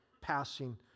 passing